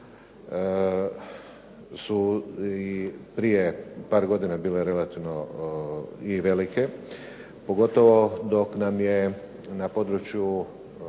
su prije par godina bile relativno i velike, pogotovo dok nam je na području